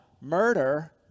murder